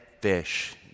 fish